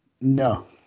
No